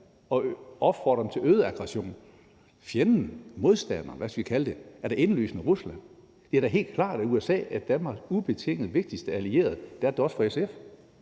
og opfordrer dem til øget aggression. Fjenden, modstanderen – hvad skal vi kalde det – er da indlysende Rusland. Det er da helt klart, at USA er Danmarks ubetinget vigtigste allierede – det er det da også for SF